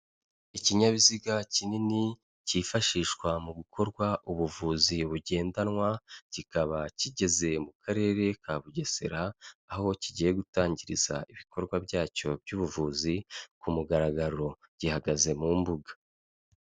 Ikinyabiziga kinini cyifashishwa mu gukorwa ubuvuzi bugendanwa, kikaba kigeze mu Karere ka Bugesera, aho kigiye gutangiriza ibikorwa byacyo by'ubuvuzi ku mugaragaro, gihagaze mu mbuga.